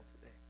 today